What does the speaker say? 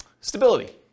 stability